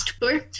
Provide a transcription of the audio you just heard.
tour